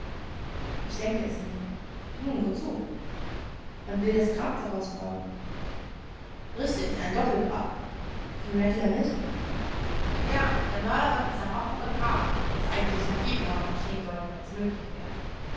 ich denke es mir nun wozu man will das grab daraus bauen richtig ein doppelgrab für rattler mit ja der mörder wird mit seinem opfer begraben was eigentlich nach jedem morde geschehen sollte wenn es möglich wäre